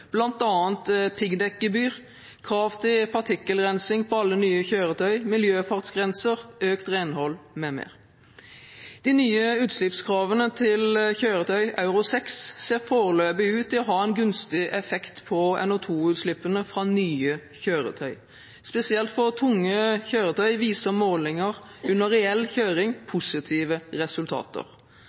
piggdekkgebyr, krav til partikkelrensing på alle nye kjøretøy, miljøfartsgrenser, økt renhold m.m. De nye utslippskravene til kjøretøy, Euro 6, ser foreløpig ut til å ha en gunstig effekt på NO2-utslippene fra nye kjøretøy. Spesielt for tunge kjøretøy viser målinger under reell kjøring positive resultater.